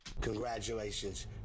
Congratulations